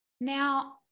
now